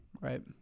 right